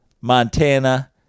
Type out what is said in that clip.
Montana